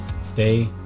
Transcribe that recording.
stay